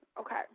Okay